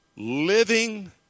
Living